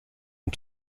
und